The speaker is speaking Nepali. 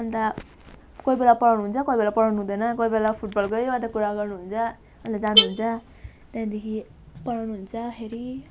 अन्त कोही बेला पढाउनु हुन्छ कोही बेला पढाउनु हुँदैन कोही बेला फुटबलकै मात्रै कुरा गर्नु हुन्छ अन्त जानु हुन्छ त्यहाँदेखि पढाउनु हुन्छ फेरि